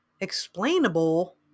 explainable